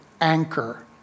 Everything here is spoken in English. anchor